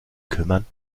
kümmern